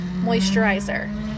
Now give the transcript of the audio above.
moisturizer